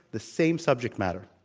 the same subject matter.